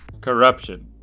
Corruption